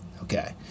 Okay